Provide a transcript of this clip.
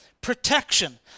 protection